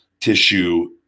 tissue